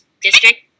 district